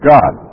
God